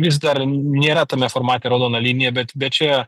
vis dar nėra tame formate raudona linija bet bet čia